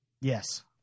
Yes